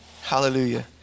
Hallelujah